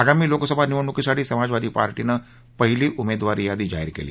आगामी लोकसभा निवडणुकीसाठी समाजवादी पार्टीनं पहिली उमेदवारी यादी जाहीर केली